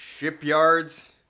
Shipyards